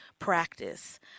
Practice